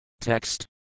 Text